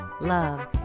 love